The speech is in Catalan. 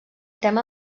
tema